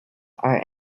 are